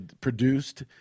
produced